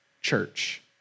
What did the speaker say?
church